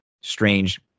Strange